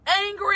angry